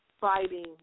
fighting